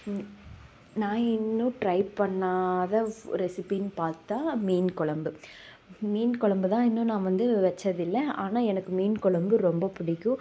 ம் நான் இன்னும் டிரை பண்ணாத ஸ் ரெசிபினு பார்த்தா மீன் குழம்பு மீன் குழம்பு தான் இன்னும் நான் வந்து வச்சதில்ல ஆனால் எனக்கு மீன் குழம்பு ரொம்ப பிடிக்கும்